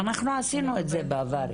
אנחנו עשינו את זה בעבר,